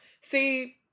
See